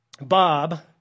Bob